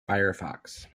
firefox